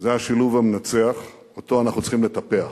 זה השילוב המנצח שאותו אנחנו צריכים לטפח.